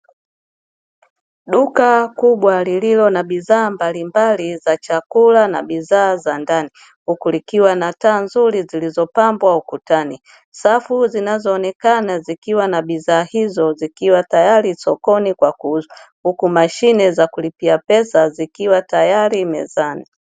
Duka kubwa lililo na bidhaa mbalimbali za chakula na bidhaa za ndani. Huku likiwa na taa nzuri zilizopambwa ukutani. Safu zinazoonekana zikiwa na bidhaa hizo zikiwa tayari sokoni kwa kuuzwa. Huku mashine za kulipia pesa zikiwa tayari mezani.